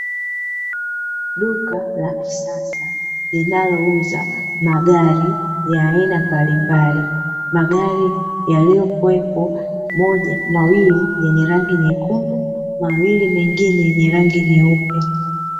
Duka la kisasa linalouza magari ya aina mbalimbali, magari yaliyokuwepo mawili yanarangi nyekundu, mawili mengine yanarangi nyeupe.